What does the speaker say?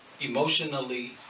emotionally